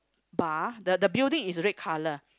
bar the the building is red colour